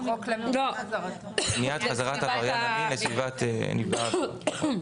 חוק מניעת חזרת עבריין המין לסביבת נפגע העבירה.